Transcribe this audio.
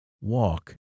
walk